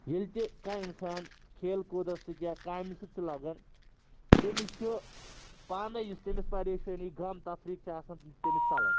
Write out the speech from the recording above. ییٚلہِ تہِ کانٛہہ اِنسان کھیل کوٗدَس سۭتۍ یا کامہِ سۭتۍ چھُ لَگَان تٔمِس چھُ پانَے یُس تٔمِس پریشٲنی غم تفریٖک چھِ آسَان تِم چھِ تٔمِس ژَلَان